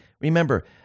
Remember